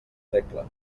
regla